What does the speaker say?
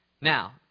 Now